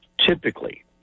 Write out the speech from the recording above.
Typically